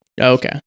Okay